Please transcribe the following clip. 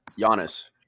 Giannis